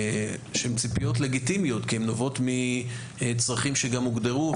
שהן ציפיות לגיטימיות כי הן נובעות מצרכים שגם הוגדרו,